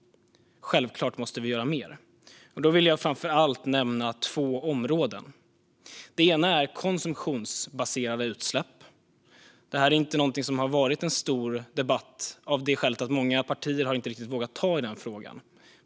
Självklart måste vi göra mer, och jag vill framför allt nämna två områden. Det ena är konsumtionsbaserade utsläpp. Det har inte varit någon stor debatt om detta av det skälet att många partier inte riktigt har vågat ta i frågan.